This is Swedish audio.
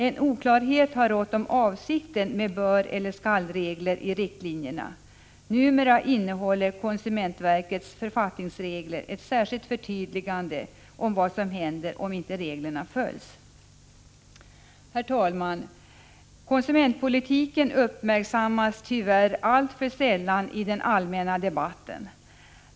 En oklarhet har rått om avsikten med böreller skall-regler i riktlinjerna. Numera innehåller konsumentverkets författningsregler ett särskilt förtydligande om vad som händer om inte reglerna följs. Herr talman! Konsumentpolitiken uppmärksammas tyvärr alltför sällan i den allmänna debatten.